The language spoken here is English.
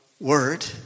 word